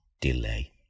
delay